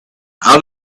out